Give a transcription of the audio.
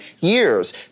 years